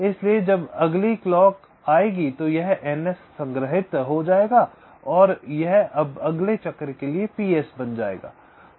इसलिए जब अगली क्लॉक आएगी तो यह NS संग्रहित हो जाएगा और यह अब अगले चक्र के लिए PS बन जाएगा